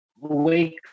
wake